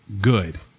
good